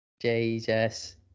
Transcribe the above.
jesus